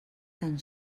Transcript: tan